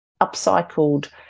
upcycled